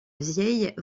vieille